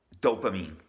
dopamine